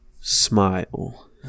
smile